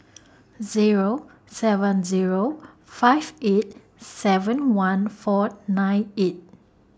Zero seven Zero five eight seven one four nine eight